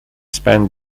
spent